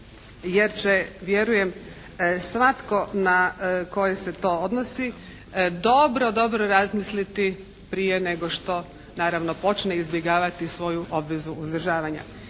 jer će vjerujem svatko na koje se to odnosi dobro, dobro razmisliti prije nego što naravno počne izbjegavati svoju obvezu uzdržavanja.